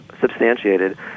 substantiated